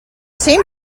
same